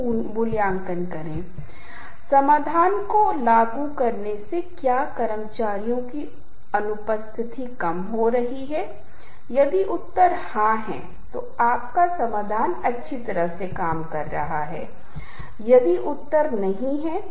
उदाहरण के लिए यदि आप इसे देख रहे हैं तो आप पाते हैं कि यह खुशी की भावनाओं का संचार करने में सक्षम है रोमांस की यही कि हमारे अध्ययनों ने पहचान की है जबकि नोट्स का एक ही सेट पूरी तरह से अलग कुछ संवाद करता है बिना ताल के बिना ध्वनिक आयाम के